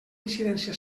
incidència